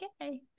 Okay